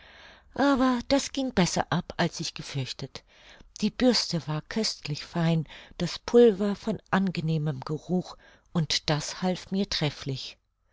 aber das ging besser ab als ich gefürchtet die bürste war köstlich fein das pulver von angenehmen geruch und das half mir trefflich